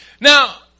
Now